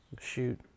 shoot